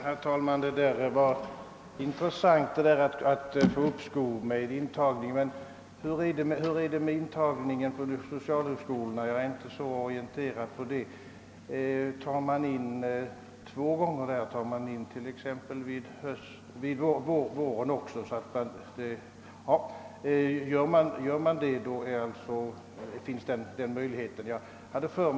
Herr talman! Det var intressant att höra att en person kan få uppskov med påbörjandet av utbildningen. Men hur är det med intagningen vid socialhögskolorna? Jag är inte så väl informerad härom. Tar man in sökande två gånger om året där?